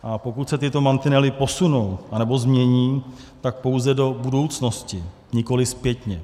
A pokud se tyto mantinely posunou anebo změní, tak pouze do budoucnosti, nikoliv zpětně.